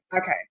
Okay